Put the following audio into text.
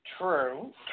True